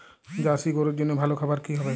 Jersey গরুর জন্য ভালো খাবার কি হবে?